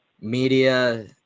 Media